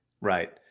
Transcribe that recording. Right